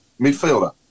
midfielder